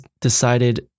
decided